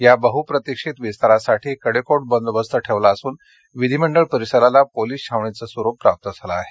या बहुप्रतिक्षित विस्तारासाठी कडेकोट बंदोबस्त ठेवला असून विधिमंडळ परिसराला पोलीस छावणीचं स्वरूप प्राप्त झालं आहे